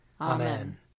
Amen